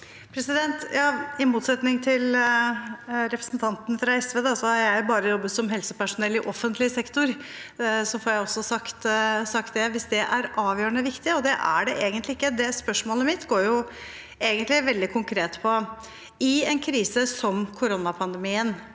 I motset- ning til representanten fra SV har jeg bare jobbet som helsepersonell i offentlig sektor – så får jeg også sagt det, hvis det er avgjørende viktig, men det er det egentlig ikke. Spørsmålet mitt går veldig konkret på: I en krise som koronapandemien,